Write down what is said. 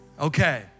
Okay